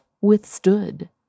withstood